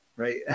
right